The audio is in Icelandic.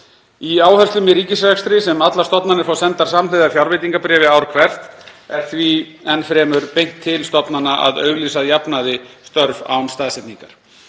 Í áherslum í ríkisrekstri sem allar stofnanir fá sendar samhliða fjárveitingabréfi ár hvert er því enn fremur beint til stofnana að auglýsa að jafnaði störf án staðsetningar.